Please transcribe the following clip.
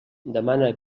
demana